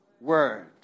word